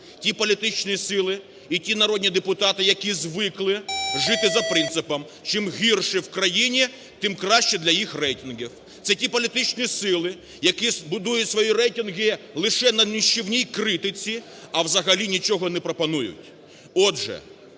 Ті політичні сили, народні депутати, які звикли жити за принципом: чим гірше в країні, тим краще для їх рейтингів, - це ті політичні сили, які будують свої рейтинги лише на нищівній критиці, а взагалі нічого не пропонують.